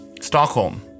Stockholm